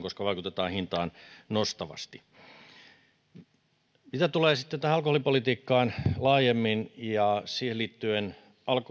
koska vaikutetaan hintaa nostavasti mitä tulee alkoholipolitiikkaan laajemmin ja siihen liittyen